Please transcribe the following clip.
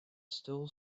still